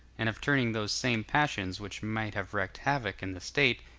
and of turning those same passions which might have worked havoc in the state,